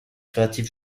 créatif